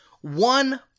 one